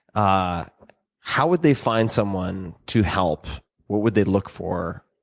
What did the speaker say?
ah how would they find someone to help? what would they look for,